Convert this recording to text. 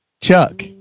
Chuck